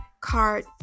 card